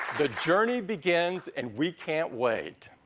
the journey begins and we can't wait.